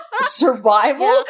Survival